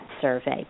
survey